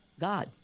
God